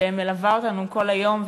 שמלווה אותנו כל היום.